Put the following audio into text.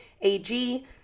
AG